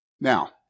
Now